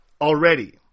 already